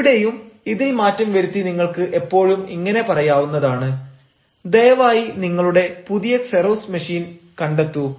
ഇവിടെയും ഇതിൽ മാറ്റം വരുത്തി നിങ്ങൾക്ക് എപ്പോഴും ഇങ്ങനെ പറയാവുന്നതാണ് ദയവായി നിങ്ങളുടെ പുതിയ സെറോക്സ് മെഷീൻ കണ്ടെത്തൂ